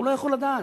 הוא לא יכול לדעת.